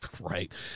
right